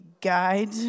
guide